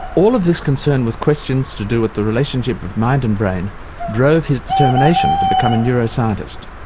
all of this concern with questions to do with the relationship of mind and brain drove his determination to become a neuroscientist.